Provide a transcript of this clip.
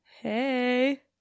Hey